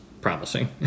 promising